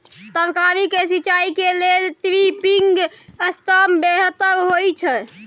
तरकारी के सिंचाई के लेल ड्रिपिंग सिस्टम बेहतर होए छै?